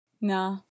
no